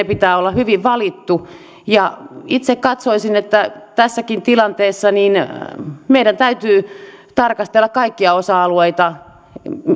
pitää olla hyvin valittu itse katsoisin että tässäkin tilanteessa meidän täytyy tarkastella kaikkia osa alueita